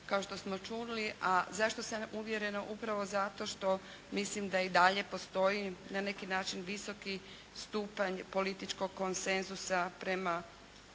kao što smo čuli, a zašto sam uvjerena. Upravo zato što mislim i dalje postoji na neki način visoki stupanj političkog konsenzusa prema